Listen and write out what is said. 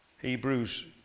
Hebrews